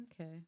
Okay